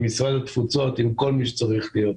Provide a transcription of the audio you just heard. עם משרד התפוצות, עם כל מי שצריך להיות.